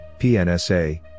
PNSA